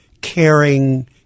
caring